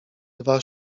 dwa